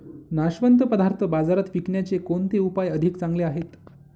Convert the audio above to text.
नाशवंत पदार्थ बाजारात विकण्याचे कोणते उपाय अधिक चांगले आहेत?